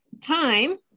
time